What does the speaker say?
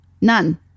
none